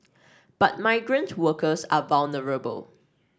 but migrant workers are vulnerable